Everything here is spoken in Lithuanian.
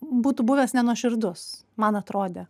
būtų buvęs nenuoširdus man atrodė